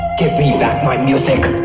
give me back my music.